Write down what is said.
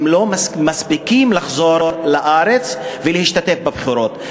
הם לא מספיקים לחזור לארץ ולהשתתף בבחירות.